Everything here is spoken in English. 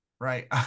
right